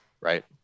right